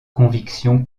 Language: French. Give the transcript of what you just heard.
conviction